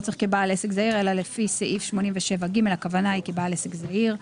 לא צריך כבעל עסק זעיר אלא לפי סעיף 87ג. הכוונה היא כבעל עסק זעיר.